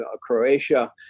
Croatia